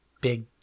big